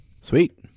Sweet